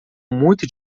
muito